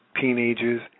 teenagers